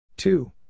Two